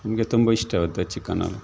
ನಮಗೆ ತುಂಬ ಇಷ್ಟವಾದ ಚಿಕನು